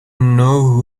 know